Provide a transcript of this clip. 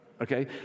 okay